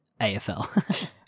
AFL